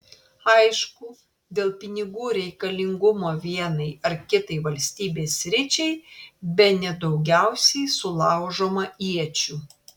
aišku dėl pinigų reikalingumo vienai ar kitai valstybės sričiai bene daugiausiai sulaužoma iečių